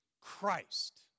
Christ